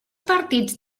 partits